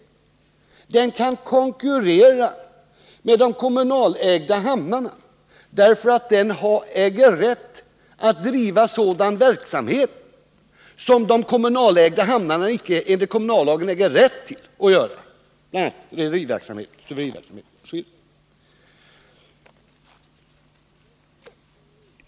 Hamnen kan konkurrera med de kommunalägda hamnarna därför att den äger rätt att driva sådan verksamhet som de kommunalägda hamnarna icke får driva enligt kommunallagen, nämligen rederiverksamhet osv.